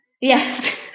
yes